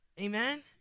Amen